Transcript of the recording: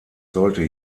sollte